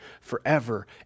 forever